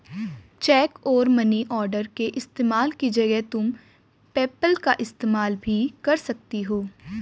check और money order के इस्तेमाल की जगह तुम पेपैल का इस्तेमाल भी कर सकती हो